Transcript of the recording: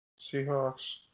Seahawks